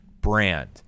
brand